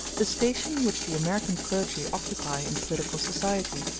the station which the american clergy occupy in political society.